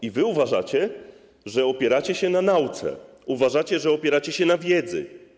I wy uważacie, że opieracie się na nauce, uważacie, że opieracie się na wiedzy.